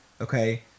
okay